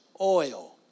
oil